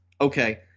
okay